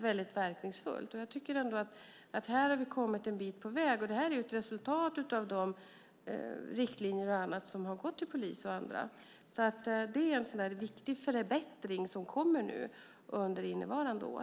Jag tycker att vi har kommit en bit på väg. Det här är ett resultat av de riktlinjer som polisen har fått. Det är en viktig förbättring som kommer under innevarande år.